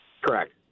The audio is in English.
Correct